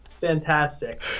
fantastic